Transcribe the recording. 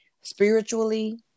spiritually